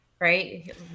Right